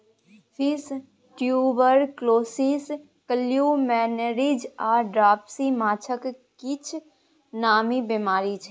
fish tuberculosis, columnaris आ dropsy माछक किछ नामी बेमारी छै